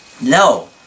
No